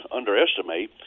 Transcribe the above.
underestimate